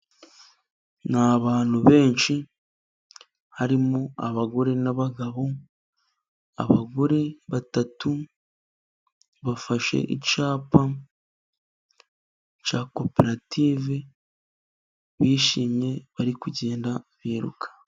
Ni abantu benshi harimo abagore n'abagabo, abagore batatu bafashe icyapa cya koperative bishimye bari kugenda biruka.